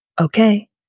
Okay